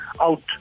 out